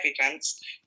evidence